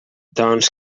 doncs